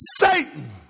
Satan